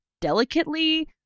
delicately